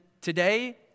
today